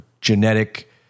genetic